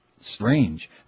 strange